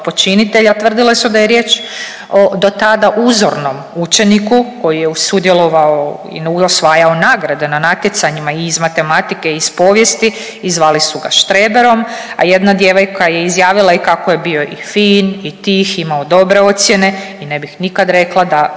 počinitelja tvrdile su da je riječ o do tada uzornom učeniku koji je sudjelovao i osvajao nagrade na natjecanjima i iz matematike i iz povijesti i zvali su ga štreberom, a jedna djevojka je izjavila i kako je bio i fin i tih imao dobre ocjene i ne bih nikad rekla da